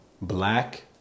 Black